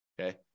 Okay